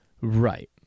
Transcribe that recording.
Right